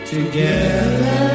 Together